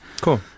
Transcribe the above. Cool